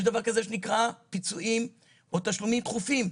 יש דבר שנקרא פיצויים או תשלומים תכופים,